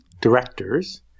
directors